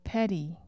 Petty